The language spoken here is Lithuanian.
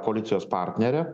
koalicijos partnere